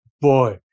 Boy